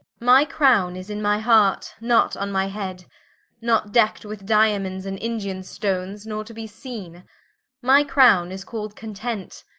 my crowne is in my heart, not on my head not deck'd with diamonds, and indian stones nor to be seene my crowne, is call'd content,